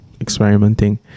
experimenting